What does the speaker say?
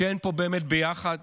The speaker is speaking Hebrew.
כשאין פה באמת ביחד